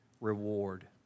reward